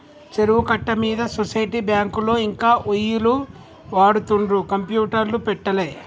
చెరువు కట్ట మీద సొసైటీ బ్యాంకులో ఇంకా ఒయ్యిలు వాడుతుండ్రు కంప్యూటర్లు పెట్టలే